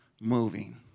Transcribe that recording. moving